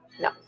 No